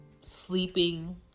sleeping